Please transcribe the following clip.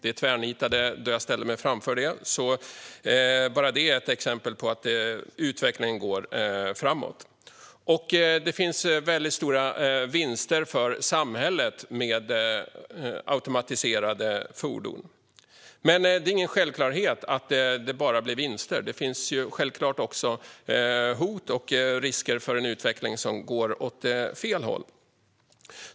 Det tvärnitade då jag ställde mig framför det. Bara det är ett exempel på att utvecklingen går framåt. Det finns väldigt stora vinster för samhället med automatiserade fordon. Men det är ingen självklarhet att det bara blir vinster. Det finns självklart också hot och risk för en utveckling som går åt fel håll.